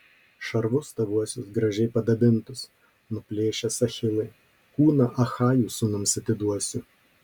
šarvus tavuosius gražiai padabintus nuplėšęs achilai kūną achajų sūnums atiduosiu